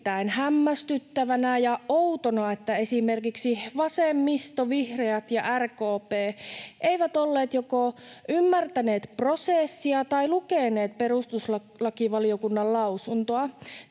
hämmästyttävänä ja outona, että esimerkiksi vasemmisto, vihreät ja RKP eivät olleet joko ymmärtäneet prosessia tai lukeneet perustuslakivaliokunnan lausuntoa